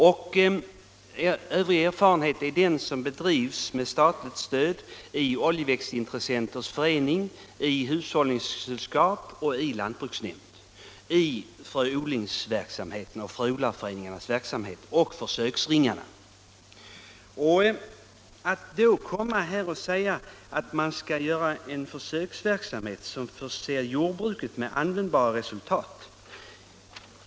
Min övriga erfarenhet hämtar jag från den försöksverksamhet som med statligt stöd bedrivs av Sveriges oljeväxtintressenters förening, av hushållningssällskapen, av lantbruksnämnderna, av fröodlarföreningarna och i försöksringarna. Så kommer herr Lothigius och säger att man skall bedriva en försöksverksamhet som förser jordbruket med användbara resultat.